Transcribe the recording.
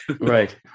Right